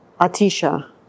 Atisha